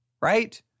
Right